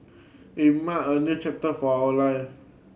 it mark a new chapter for our life